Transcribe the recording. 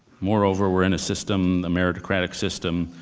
moreover, we're in a system, the meritocratic system,